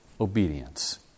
Obedience